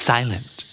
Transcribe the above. Silent